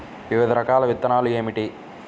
వివిధ రకాల విత్తనాలు ఏమిటి?